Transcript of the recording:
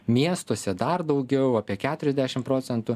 miestuose dar daugiau apie keturiasdešim procentų